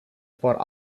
for